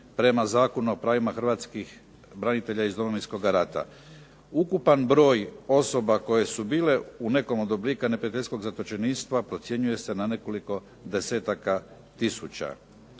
prema Zakonu o pravima Hrvatskih branitelja iz Domovinskog rata. Ukupan broj osoba koje su bile u nekom od oblika neprijateljskog zatočeništva procjenjuje se na nekoliko desetaka tisuća.